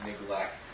neglect